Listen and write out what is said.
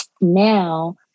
now